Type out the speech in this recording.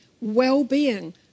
well-being